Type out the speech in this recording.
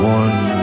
one